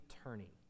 attorney